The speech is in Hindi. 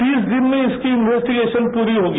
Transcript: तीस दिन में इसकी इन्वेस्टीगेशन पूरी होगी